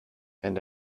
and